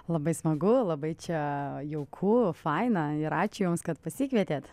labai smagu labai čia jauku faina ir ačiū jums kad pasikvietėt